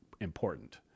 important